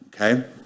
okay